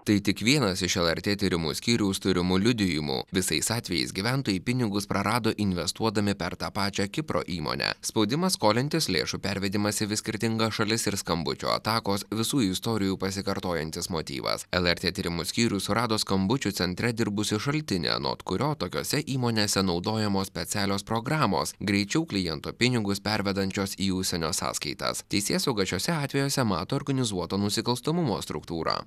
tai tik vienas iš lrt tyrimų skyriaus turimų liudijimų visais atvejais gyventojai pinigus prarado investuodami per tą pačią kipro įmonę spaudimas skolintis lėšų pervedimas į vis skirtingas šalis ir skambučių atakos visų istorijų pasikartojantis motyvas lrt tyrimų skyrius surado skambučių centre dirbusį šaltinį anot kurio tokiose įmonėse naudojamos specialios programos greičiau kliento pinigus pervedančios į užsienio sąskaitas teisėsauga šiose atvejuose mato organizuoto nusikalstamumo struktūrą